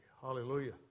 Hallelujah